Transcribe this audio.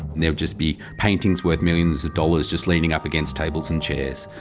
there'll just be paintings worth millions of dollars just leaning up against tables and chairs.